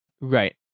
right